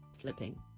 Flipping